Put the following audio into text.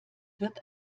wird